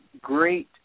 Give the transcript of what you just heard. great